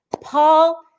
Paul